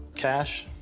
cash?